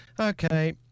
Okay